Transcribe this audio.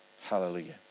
Hallelujah